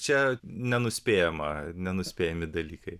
čia nenuspėjama nenuspėjami dalykai